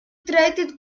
traded